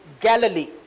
Galilee